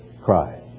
cry